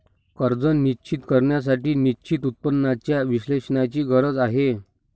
कर्ज निश्चित करण्यासाठी निश्चित उत्पन्नाच्या विश्लेषणाची गरज आहे